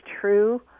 true